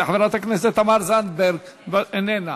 חברת הכנסת תמר זנדברג, איננה,